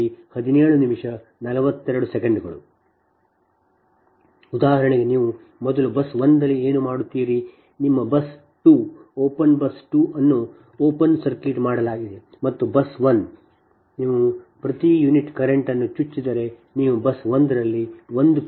ಉದಾಹರಣೆಗೆ ನೀವು ಮೊದಲು ಬಸ್ 1 ನಲ್ಲಿ ಏನು ಮಾಡುತ್ತೀರಿ ನಿಮ್ಮ ಬಸ್ 2 ಓಪನ್ ಬಸ್ 2 ಅನ್ನು ಓಪನ್ ಸರ್ಕ್ಯೂಟ್ ಮಾಡಲಾಗಿದೆ ಮತ್ತು ಬಸ್ 1 ನೀವು ಪ್ರತಿ ಯೂನಿಟ್ ಕರೆಂಟ್ 1 ಅನ್ನು ಚುಚ್ಚಿದರೆ ನೀವು ಬಸ್ 1 ನಲ್ಲಿ 1 p